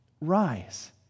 rise